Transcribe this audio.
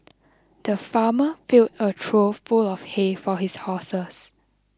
the farmer filled a trough full of hay for his horses